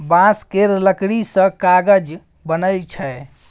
बांस केर लकड़ी सँ कागज बनइ छै